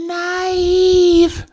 naive